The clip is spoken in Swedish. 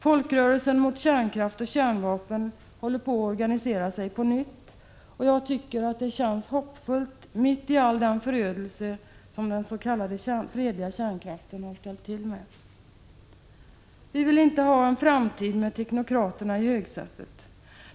Folkrörelsen olyckan i Tjernobyl, mot kärnkraft och kärnvapen är på nytt i färd med att organisera sig. Jag 7 Mk tycker att det känns hoppfullt mitt i all den förödelse som den s.k. fredliga kärnkraften har ställt till med. Vi vill inte att teknokraterna i framtiden sitter i högsätet.